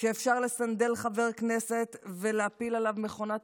שאפשר לסנדל חבר כנסת ולהפיל עליו מכונת